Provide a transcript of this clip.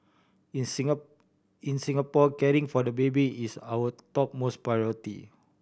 in in Singapore caring for the baby is our topmost priority